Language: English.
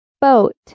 Boat